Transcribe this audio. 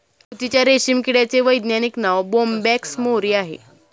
तुतीच्या रेशीम किड्याचे वैज्ञानिक नाव बोंबॅक्स मोरी आहे